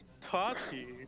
Tati